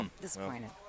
Disappointed